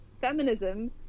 feminism